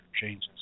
changes